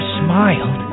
smiled